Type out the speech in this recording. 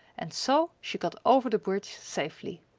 and so she got over the bridge safely.